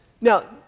Now